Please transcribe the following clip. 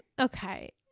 Okay